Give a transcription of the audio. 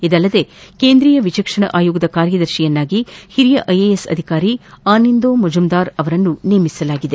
ಇದಲ್ಲದೇ ಕೇಂದ್ರೀಯ ವಿಚಕ್ಷಣ ಆಯೋಗದ ಕಾರ್ಯದರ್ಶಿಯನ್ನಾಗಿ ಹಿರಿಯ ಐಎಎಸ್ ಅಧಿಕಾರಿ ಆನಿಂದೋ ಮಜುಂದಾರ್ ಅವರನ್ನು ನೇಮಿಸಲಾಗಿದೆ